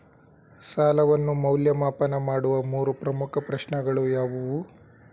ಸಾಲವನ್ನು ಮೌಲ್ಯಮಾಪನ ಮಾಡುವ ಮೂರು ಪ್ರಮುಖ ಪ್ರಶ್ನೆಗಳು ಯಾವುವು?